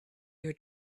your